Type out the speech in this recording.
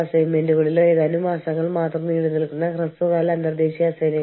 നിയമത്തിന്റെ പരിമിതികൾക്കുള്ളിൽ നാം നിലനിൽക്കുന്നുവെന്ന് ഉറപ്പാക്കാൻ നാം എന്താണ് ചെയ്യേണ്ടത്